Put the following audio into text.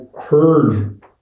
heard